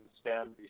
stand